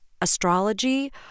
astrology